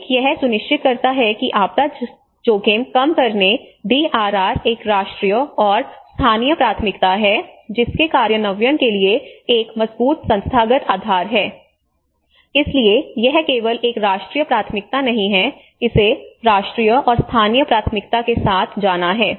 एक यह सुनिश्चित करता है कि आपदा जोखिम कम करने डी आर आर एक राष्ट्रीय और स्थानीय प्राथमिकता है जिसके कार्यान्वयन के लिए एक मजबूत संस्थागत आधार है इसलिए यह केवल एक राष्ट्रीय प्राथमिकता नहीं है इसे राष्ट्रीय और स्थानीय प्राथमिकता के साथ जाना है